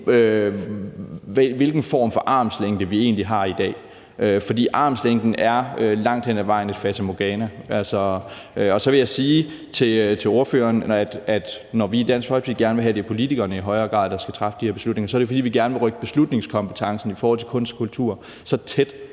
hvilken form for armslængde vi egentlig har i dag. For armslængden er langt hen ad vejen et fatamorgana. Så vil jeg sige til spørgeren, at når vi i Dansk Folkeparti gerne vil have, at det i højere grad er politikerne, der skal træffe de her beslutninger, er det, fordi vi gerne vil rykke beslutningskompetencen i forhold til kunst og kultur så tæt